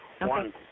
One